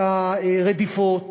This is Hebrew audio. את הרדיפות,